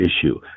issue